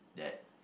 that